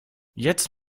jetzt